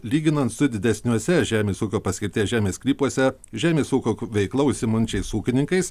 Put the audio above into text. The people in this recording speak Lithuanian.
lyginant su didesniuose žemės ūkio paskirties žemės sklypuose žemės ūkio veikla užsiimančiais ūkininkais